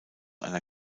einer